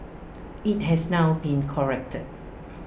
IT has now been corrected